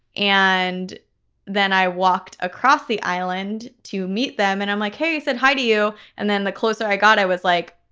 and then i walked across the island to meet them. and i'm like, hey, said hi to you. and then the closer i got, i was like,